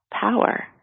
power